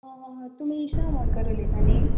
आं तुमी ईशा आमोणकर उलयता न्ही